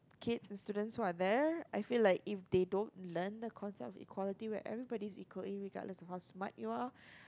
kids students who are there I feel like if they don't learn the conduct inequality where everybody is equal irregardless of how smart you are